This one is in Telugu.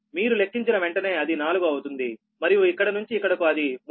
మీరు లెక్కించిన వెంటనే అది 4 అవుతుంది మరియు ఇక్కడి నుంచి ఇక్కడకు అది 3